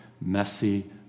messy